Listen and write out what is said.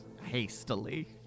hastily